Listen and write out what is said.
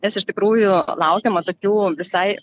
nes iš tikrųjų laukiama tokių visai